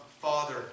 Father